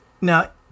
Now